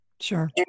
Sure